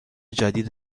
جدید